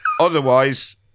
Otherwise